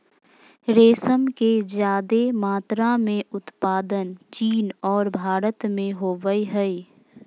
रेशम के ज्यादे मात्रा में उत्पादन चीन और भारत में होबय हइ